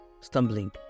stumbling